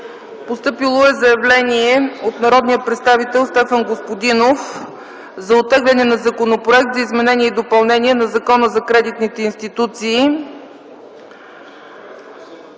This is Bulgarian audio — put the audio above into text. Постъпило е заявление от народния представител Стефан Господинов за оттегляне на Законопроект за изменение и допълнение на Закона за кредитните институции